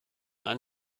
ein